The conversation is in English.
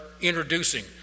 introducing